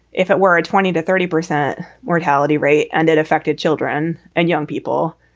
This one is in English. if it were a twenty to thirty percent mortality rate and it affected children and young people,